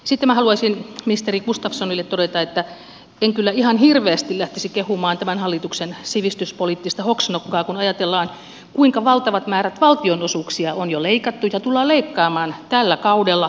sitten minä haluaisin ministeri gustafssonille todeta että en kyllä ihan hirveästi lähtisi kehumaan tämän hallituksen sivistyspoliittista hoksnokkaa kun ajatellaan kuinka valtavat määrät valtionosuuksia on jo leikattu ja tullaan leikkaamaan tällä kaudella